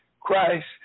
Christ